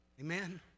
Amen